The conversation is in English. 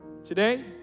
Today